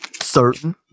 certain